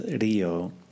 Rio